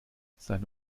seine